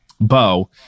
Bo